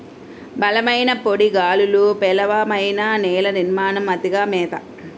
బలమైన పొడి గాలులు, పేలవమైన నేల నిర్మాణం, అతిగా మేత